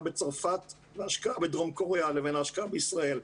בצרפת להשקעה בדרום קוריאה לבין ההשקעה בישראל,